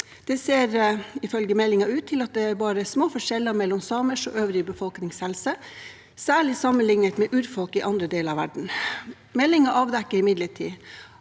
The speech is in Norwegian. ser det ut til at det er bare små forskjeller mellom samers og den øvrige befolkningens helse, særlig sammenliknet med urfolk i andre deler av verden. Meldingen avdekker imidlertid